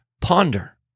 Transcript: ponder